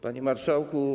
Panie Marszałku!